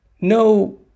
no